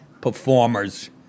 performers